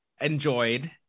enjoyed